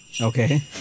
Okay